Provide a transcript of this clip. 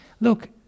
Look